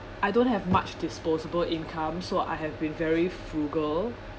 I don't have much disposable income so I have been very frugal